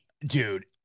dude